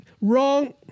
wrong